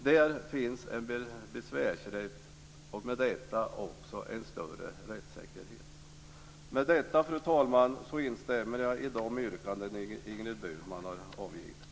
Där finns en besvärsrätt, och i och med detta också en större rättssäkerhet. Med detta, fru talman, instämmer jag i de yrkanden Ingrid Burman har gjort.